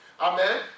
Amen